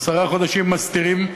עשרה חודשים מסתירים,